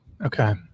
Okay